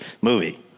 movie